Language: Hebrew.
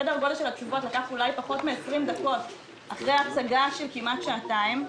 סדר גודל של התשובות לקח פחות מ-20 דקות אחרי הצגה של כמעט שעתיים.